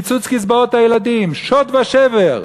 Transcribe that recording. קיצוץ קצבאות הילדים, שוד ושבר.